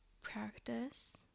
practice